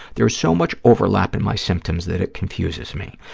there is so much overlap in my symptoms that it confuses me.